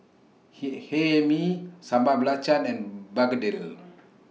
He Hae Mee Sambal Belacan and Begedil